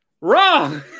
Wrong